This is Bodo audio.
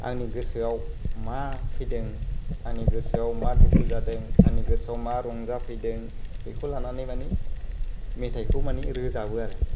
आंनि गोसोआव मा फैदों आंनि गोसोआव मा दुख जादों आंनि गोसोआव मा रंजाफैदों बेखौ लानानै माने मेथाइखौ माने रोजाबो आरो